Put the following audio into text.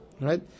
right